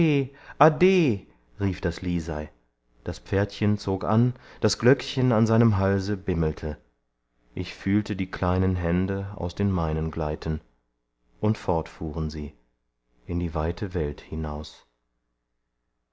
rief das lisei das pferdchen zog an das glöckchen an seinem halse bimmelte ich fühlte die kleinen hände aus den meinen gleiten und fort fuhren sie in die weite welt hinaus